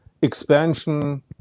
expansion